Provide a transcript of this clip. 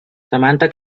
samantha